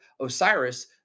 Osiris